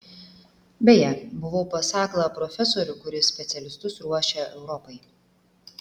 beje buvau pas aklą profesorių kuris specialistus ruošia europai